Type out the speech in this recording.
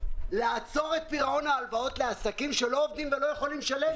לעצור את פירעון ההלוואות לעסקים שלא עובדים ולא יכולים לשלם.